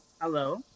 Hello